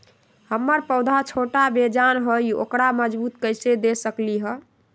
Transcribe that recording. हमर पौधा छोटा बेजान हई उकरा मजबूती कैसे दे सकली ह?